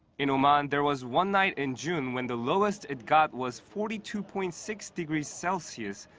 in oman, there was one night in june when the lowest it got was forty two point six degrees celsius,